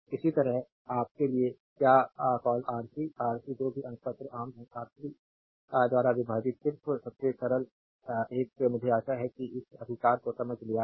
इसी तरह आपके लिए क्या call R C R C जो भी अंकपत्र आम है R3 द्वारा विभाजित सिर्फ सबसे सरल एक मुझे आशा है कि इस अधिकार को समझ लिया है